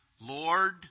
Lord